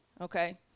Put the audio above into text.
Okay